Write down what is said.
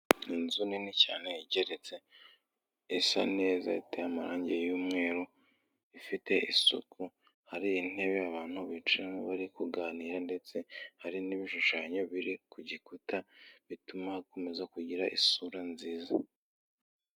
Inzu nini cyane igeretse, isa neza iteye amarangi y'umweru, ifite isuku, hari intebe abantu bicaramo bari kuganira ndetse hari n'ibishushanyo biri ku gikuta, bituma hakomeza kugira isura nziza.